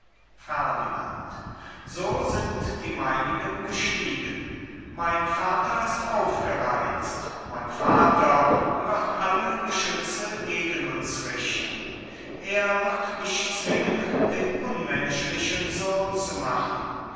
ferdinand so sind die meinigen gestiegen mein vater ist aufgereizt mein vater wird alle geschütze gegen uns richten er wird mich zwingen den unmenschlichen sohn zu machen